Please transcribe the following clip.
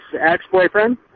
ex-boyfriend